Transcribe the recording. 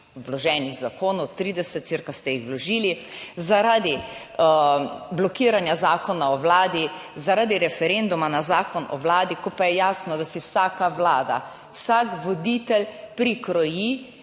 vloženih zakonov, 30 cirka ste jih vložili. Zaradi blokiranja Zakona o Vladi, zaradi referenduma na Zakon o Vladi, ko pa je jasno, da si vsaka vlada, vsak voditelj prikroji